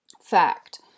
Fact